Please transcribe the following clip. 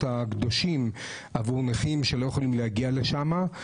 הקדושים עבור נכים שלא יכולים להגיע לשם,